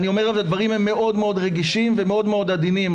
הדברים רגישים מאוד ועדינים מאוד.